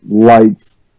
Lights